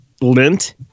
lint